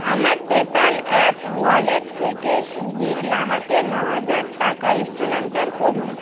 আমার PayPal app wallet থেকে সুবীর লাহাকে ন হাজার টাকা স্থানান্তর করুন